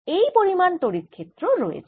এই পরিমান তড়িৎ ক্ষেত্র রয়েছে